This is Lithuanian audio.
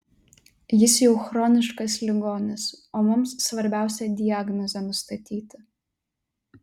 jis jau chroniškas ligonis o mums svarbiausia diagnozę nustatyti